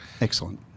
excellent